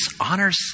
honors